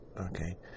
okay